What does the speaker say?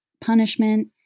punishment